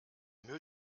müll